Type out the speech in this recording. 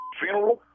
funeral